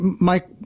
Mike